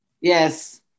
yes